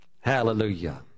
Hallelujah